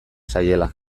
zaiela